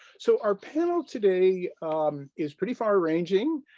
so our panel today is pretty far ranging.